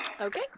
Okay